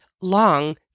long